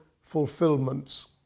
fulfillments